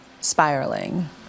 spiraling